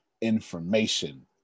information